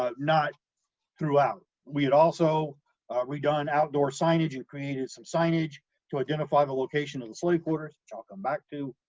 ah not throughout. we had also redone outdoor signage and created some signage to identify the location of the slave quarters, which i'll come back to,